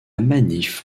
manif